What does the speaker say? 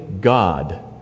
God